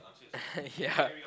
ya